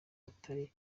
atari